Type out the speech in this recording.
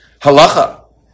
Halacha